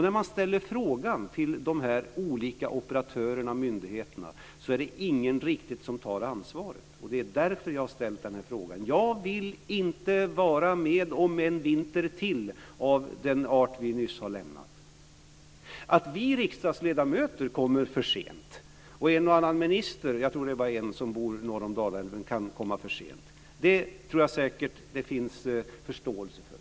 När man ställer frågan till de olika operatörerna och myndigheterna är det ingen som riktigt tar ansvar. Det är därför jag har ställt den här interpellationen. Jag vill inte vara med om en vinter till av den art vi nyss har lämnat. Att vi riksdagsledamöter kommer för sent och att en och annan minister - jag tror det bara är en som bor norr om Dalälven - kan komma för sent tror jag säkert att det finns förståelse för.